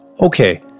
Okay